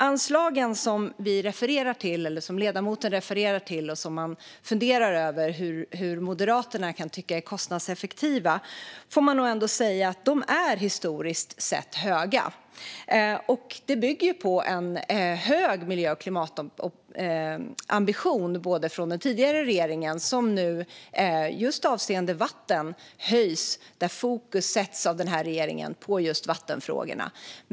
De anslag som ledamoten refererade till och som han funderar över hur Moderaterna kan tycka är kostnadseffektiva får man nog ändå säga är höga historiskt sett. De bygger på en hög miljö och klimatambition från den tidigare regeringen som vår regering nu höjer och där fokus sätts på just vattenfrågorna.